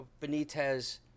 Benitez